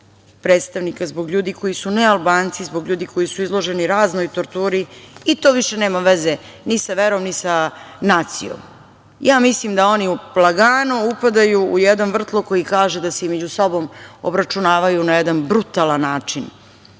predstavnika, zbog ljudi koji su nealbanci, zbog ljudi koji su izloženi raznoj torturi i to više nema veze ni sa verom ni sa nacijom. Ja mislim da oni lagano upadaju u jedan vrtlog koji kaže da se i među sobom obračunavaju na jedan brutalan način,